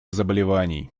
заболеваний